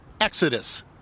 Exodus